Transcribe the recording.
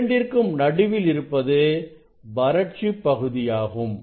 இரண்டிற்கும் நடுவில் இருப்பது வறட்சிப் பகுதியாகும்